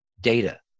data